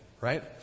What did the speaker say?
Right